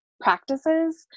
practices